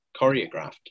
choreographed